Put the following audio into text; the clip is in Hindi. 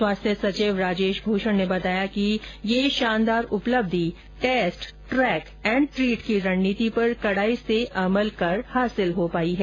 स्वास्थ्य सचिव राजेश भूषण ने बताया कि यह शानदार उपलक्षि टेस्ट ट्रैक एंड ट्रीट की रणनीति पर कड़ाई से अमल कर हासिल हो पायी है